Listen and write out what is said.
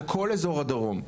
על כל אזור הדרום,